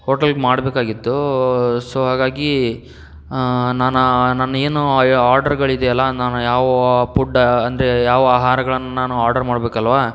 ಹೋಟೆಲ್ಗೆ ಮಾಡಬೇಕಾಗಿತ್ತು ಸೊ ಹಾಗಾಗಿ ನಾನಾ ನಾನು ಏನು ಆರ್ಡರ್ಗಳಿದೆಯಲ್ಲಾ ನಾನು ಯಾವುವು ಪುಡ್ ಅಂದರೆ ಯಾವ ಆಹಾರಗಳನ್ನು ನಾನು ಆರ್ಡರ್ ಮಾಡಬೇಕಲ್ವಾ